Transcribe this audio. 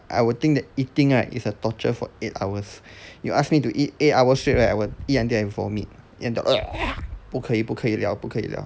I would think that eating right is a torture for eight hours you ask me to eat eight hours straight right I will eat until I vomit eat until 不可以不可以了不可以了